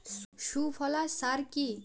সুফলা সার কি?